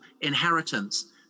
inheritance